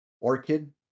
Orchid